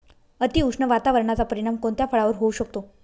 अतिउष्ण वातावरणाचा परिणाम कोणत्या फळावर होऊ शकतो?